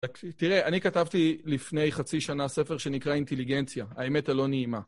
תראה, אני כתבתי לפני חצי שנה ספר שנקרא אינטליגנציה, האמת הלא נעימה.